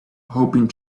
hoping